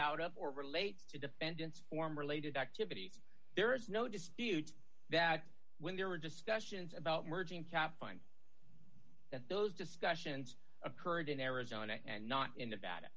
out of or relates to defendants form related activities there is no dispute that when there were discussions about merging kathrine that those discussions occurred in arizona and not in nevada